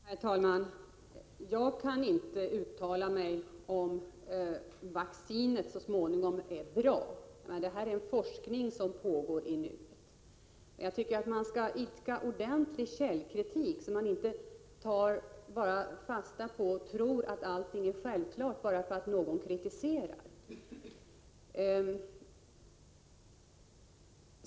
Herr talman! Jag kan inte uttala mig om huruvida vaccinet kommer att bli bra. Det här är en forskning som pågår i nuet. Jag tycker att man skall idka ordentlig källkritik så att man inte bara tror att allting är självklart, bara för att någon kritiserar.